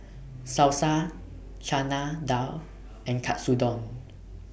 Salsa Chana Dal and Katsudon